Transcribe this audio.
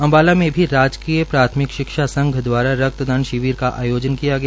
अम्बाला में राजकीय प्राथमिक शिक्षा संघ दवारा रक्तदान शिविर का आयोजन किया गया